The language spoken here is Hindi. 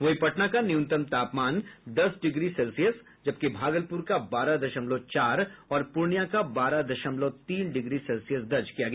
वहीं पटना का न्यूनतम तापमान दस डिग्री सेल्सियस जबकि भागलपुर का बारह दशमलव चार और पूर्णिया का बारह दशमलव तीन डिग्री सेल्सियस दर्ज किया गया